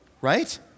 right